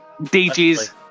DJ's